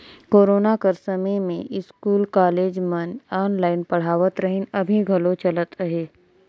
corona कर समें school, college मन ऑनलाईन पढ़ावत रहिन, अभीं घलो चलत अहे